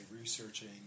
researching